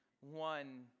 one